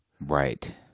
Right